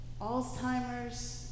Alzheimer's